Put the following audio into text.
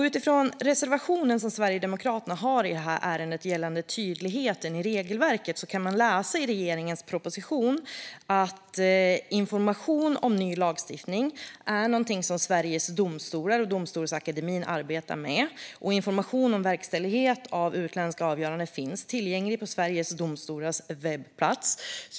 Utifrån den reservation som Sverigedemokraterna har i ärendet gällande tydligheten i regelverket kan man läsa i regeringens proposition att information om ny lagstiftning är något som Sveriges Domstolar och Domstolsakademin arbetar med. Information om verkställighet av utländska avgöranden finns tillgänglig på Sveriges Domstolars webbplats.